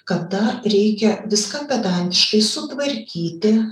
kada reikia viską pedantiškai sutvarkyti